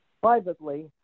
privately